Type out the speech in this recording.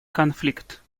конфликт